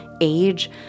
age